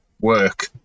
work